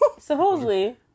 Supposedly